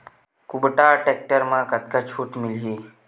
कुबटा टेक्टर म कतका छूट मिलही?